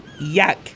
Yuck